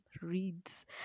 reads